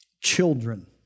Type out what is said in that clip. children